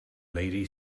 lady